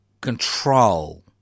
control